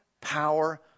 power